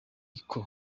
uko